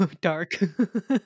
dark